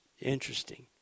interesting